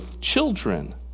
children